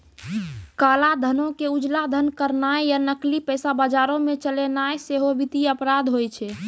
काला धनो के उजला धन करनाय या नकली पैसा बजारो मे चलैनाय सेहो वित्तीय अपराध होय छै